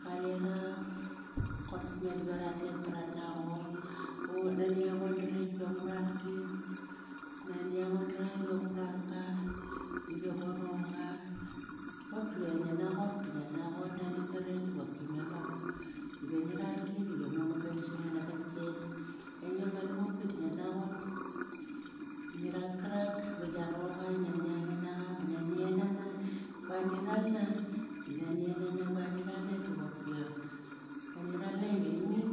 Kalera, kopki me dive ratet ba rat naqot. O nani ango na rekt iva ngu ralk, nani ango narak iva ngu ralka ive go roqa. Qop diva ngian naqot ba ngia naqot nani qarekt iqopki memar. Ive ngi ralki dive mamagan sa nge nagal klekt. Ainge ma lavopki di ngiat naqot, ngiral karak iva gia roqa i nani ange naqa ba naniaen nana bani ralna di naniaen nana vani ral na diqopki ani ral na ive imuk,